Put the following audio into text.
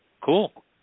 Cool